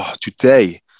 today